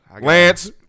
Lance